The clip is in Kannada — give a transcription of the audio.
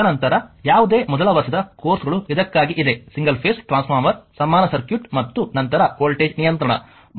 ತದನಂತರ ಯಾವುದೇ ಮೊದಲ ವರ್ಷದ ಕೋರ್ಸ್ಗಳು ಇದಕ್ಕಾಗಿ ಇದೆ ಸಿಂಗಲ್ ಫೆಸ್ ಟ್ರಾನ್ಸ್ಫಾರ್ಮರ್ ಸಮಾನ ಸರ್ಕ್ಯೂಟ್ ಮತ್ತು ನಂತರ ವೋಲ್ಟೇಜ್ ನಿಯಂತ್ರಣ